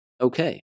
Okay